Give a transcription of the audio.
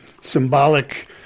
symbolic